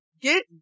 Get